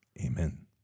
Amen